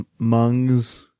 Mungs